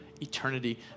Eternity